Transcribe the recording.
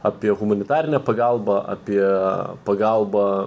apie humanitarinę pagalbą apie pagalbą